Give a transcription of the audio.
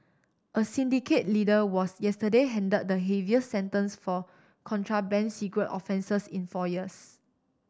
a syndicate leader was yesterday hand the heaviest sentence for contraband cigarette offences in four years